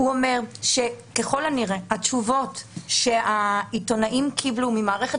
שככל הנראה התשובות שהעיתונאים קיבלו ממערכת